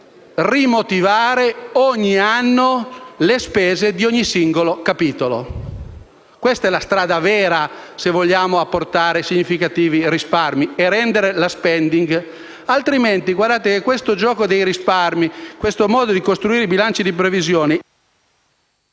rimotivare ogni anno le spese di ogni singolo capitolo. Questa è la strada vera, se vogliamo apportare significativi risparmi e rendere la *spending review* strutturale. Altrimenti, questo gioco dei risparmi e questo modo di costruire i bilanci di previsione